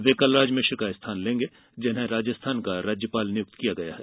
वे कलराज मिश्र का स्थान लेंगे जिन्हे राजस्थान का राज्यपाल नियुक्त किया गया है